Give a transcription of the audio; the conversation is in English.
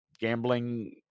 gambling